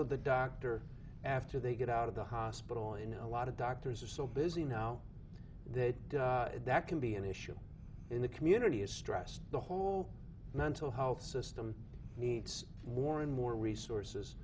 to the doctor after they get out of the hospital in a lot of doctors are so busy now that that can be an issue in the community is stressed the whole mental health system needs more and more resources